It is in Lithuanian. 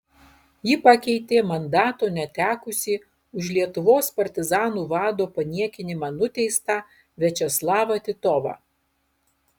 ji pakeitė mandato netekusį už lietuvos partizanų vado paniekinimą nuteistą viačeslavą titovą